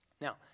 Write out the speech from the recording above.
Now